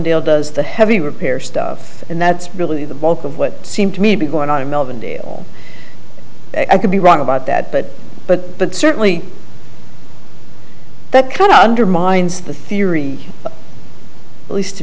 deal does the heavy repair stuff and that's really the bulk of what seemed to me to be going on in melbourne dale i could be wrong about that but but but certainly that kind of undermines the theory at least to